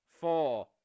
four